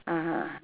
(uh huh)